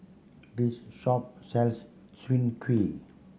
this shop sells Soon Kuih